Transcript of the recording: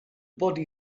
body